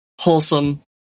wholesome